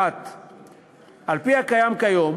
1. על-פי החוק הקיים כיום,